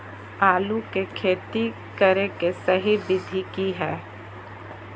आलू के खेती करें के सही विधि की हय?